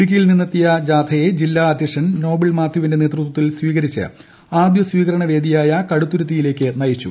ഇടുക്കിയാൽ നിന്നെത്തിയ യാത്രയെ ജില്ലാ അദ്ധ്യക്ഷൻ നോബിൾ മാത്യുവിന്റെ നേതൃത്വത്തിൽ സ്വീകരിച്ച് ആദ്യ സ്വീകരണ വേദിയായ കടുത്തുരുത്തിയിലേക്ക് നയിച്ചു